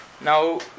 Now